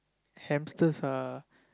hamsters are